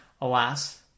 Alas